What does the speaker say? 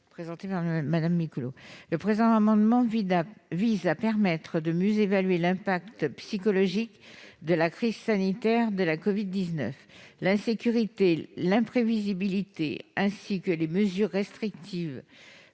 par Mme Micouleau, vise à permettre de mieux évaluer l'impact psychologique de la crise sanitaire de la covid-19. L'insécurité, l'imprévisibilité, ainsi que les mesures restrictives